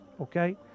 okay